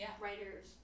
writers